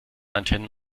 antennen